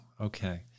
Okay